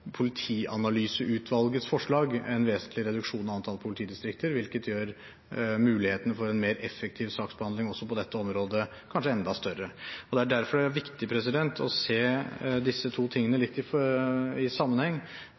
Politianalyseutvalgets forslag en vesentlig reduksjon i antall politidistrikter, hvilket gjør muligheten for en mer effektiv saksbehandling også på dette området kanskje enda større. Det er derfor viktig å se disse to tingene litt i sammenheng,